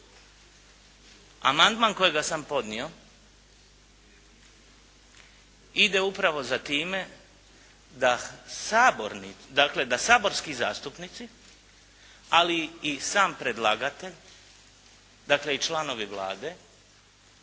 amandman kojega sam podnio ide upravo za time da saborski zastupnici, ali i sam predlagatelj, dakle i članovi Vlade